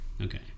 okay